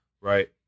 right